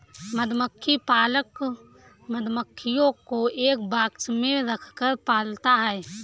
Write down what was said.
मधुमक्खी पालक मधुमक्खियों को एक बॉक्स में रखकर पालता है